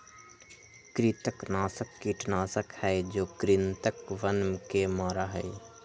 कृंतकनाशक कीटनाशक हई जो कृन्तकवन के मारा हई